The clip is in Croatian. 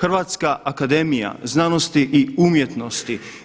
HAZU